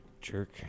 Jerk